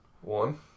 One